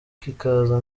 kikaza